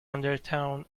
undertone